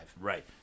Right